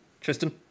Tristan